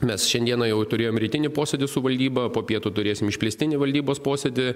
mes šiandieną jau turėjom rytinį posėdį su valdyba po pietų turėsim išplėstinį valdybos posėdį